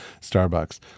Starbucks